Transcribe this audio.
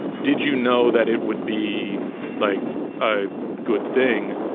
did you know that it would be like a good thing?